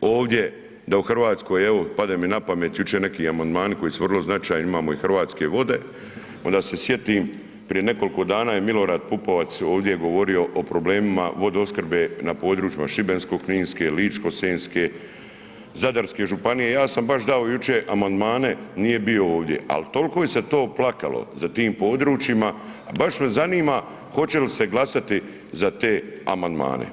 ovdje, da u Hrvatskoj, evo, pade mi napamet jučer neki amandmani koji su vrlo značajni, imamo i Hrvatske vode, onda se sjetim prije nekoliko dana je Milorad Pupovac ovdje govorio o problemima vodoopskrbe na područjima Šibensko-kninske, Ličko-senjske, Zadarske županije, ja sam baš dao jučer amandmane, nije bio ovdje, ali toliko ih se to plakalo za tim područjima, baš me zanima hoće li se glasati za te amandmane.